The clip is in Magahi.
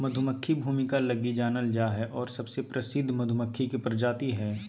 मधुमक्खी भूमिका लगी जानल जा हइ और सबसे प्रसिद्ध मधुमक्खी के प्रजाति हइ